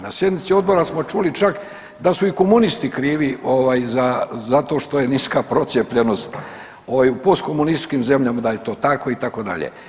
Na sjednici odbora smo čuli čak da su i komunisti krivi zato što je niska procijepljenost u post komunističkim zemljama da je to tako itd.